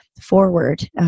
forward